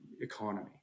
economy